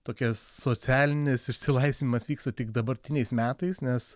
tokias socialinis išsilaisvinimas vyksta tik dabartiniais metais nes